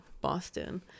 Boston